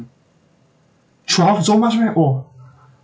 twelve so much meh oh